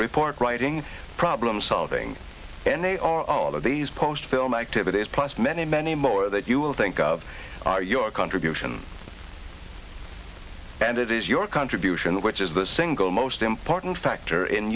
report writing problem solving and they are all of these post film activities plus many many more that you will think of are your contribution and it is your contribution which is the single most important factor in